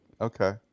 Okay